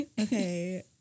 okay